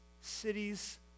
cities